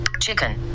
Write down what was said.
Chicken